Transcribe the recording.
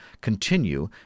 continue